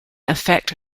affect